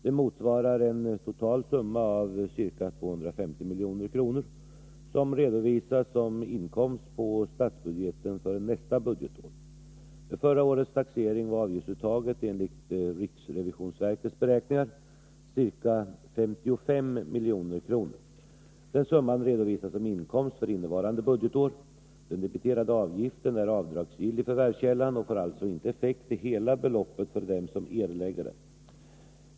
Det motsvarar en total summa av ca 250 milj.kr., som redovisas som inkomst på statsbudgeten för nästa budgetår. Vid förra årets taxering var avgiftsuttaget enligt riksrevisionsverkets beräkningar ca 55 milj.kr. Den summan redovisas som inkomst för innevarande budgetår. Den debiterade avgiften är avdragsgill i förvärvskällan och får alltså inte effekt till hela beloppet för dem som erlägger den.